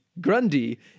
grundy